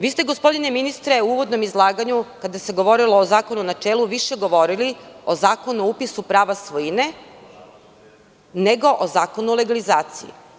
Vi ste gospodine ministre u uvodnom izlaganju kada se govorilo o zakonu u načelu više govorili o Zakonu o upisu prava svojine, nego o Zakonu o legalizaciji.